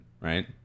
right